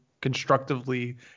constructively